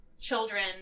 children